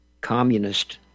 communist